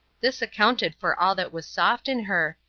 this accounted for all that was soft in her,